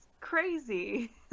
crazy